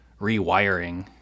rewiring